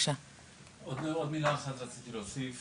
רציתי להוסיף